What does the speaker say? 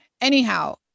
Anyhow